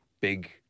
big